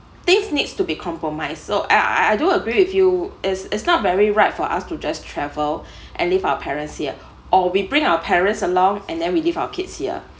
think needs to be compromise so I I do agree with you is is not very right for us to just travel and if our parents here or we bring our parents along and then we leave our kids here